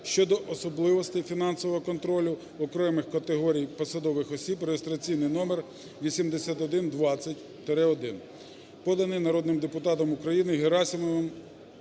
щодо особливостей фінансового контролю окремих категорій посадових осіб" (реєстраційний номер 8120-1), поданий народним депутатом України Герасимовим